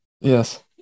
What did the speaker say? Yes